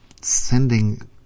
sending